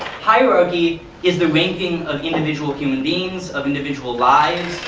hierarchy is the ranking of individual human beings, of individual lives,